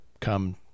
come